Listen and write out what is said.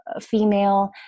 female